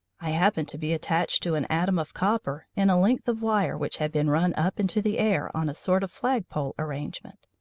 i happened to be attached to an atom of copper in a length of wire which had been run up into the air on a sort of flag-pole arrangement.